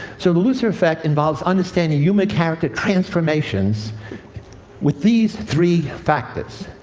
so the lucifer effect involves understanding human character transformations with these three factors.